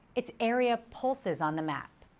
it's area pulses on the map,